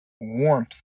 warmth